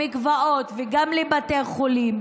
למקוואות וגם לבתי חולים,